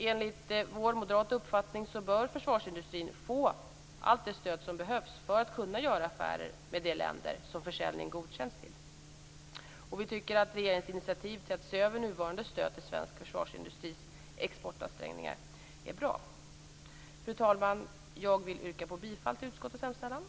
Enligt vår moderata uppfattning bör försvarsindustrin få allt det stöd som behövs för att kunna göra affärer med de länder som försäljning godkänns till. Vi tycker att regeringens initiativ till att se över nuvarande stöd till svensk försvarsindustris exportansträngningar är bra. Fru talman! Jag vill yrka bifall till utskottets hemställan.